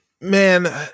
Man